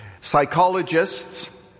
Psychologists